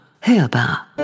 Hörbar